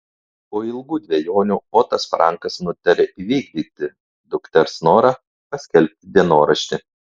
po ilgų dvejonių otas frankas nutarė įvykdyti dukters norą paskelbti dienoraštį